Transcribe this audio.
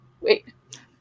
Wait